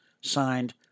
Signed